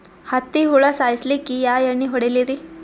ಹತ್ತಿ ಹುಳ ಸಾಯ್ಸಲ್ಲಿಕ್ಕಿ ಯಾ ಎಣ್ಣಿ ಹೊಡಿಲಿರಿ?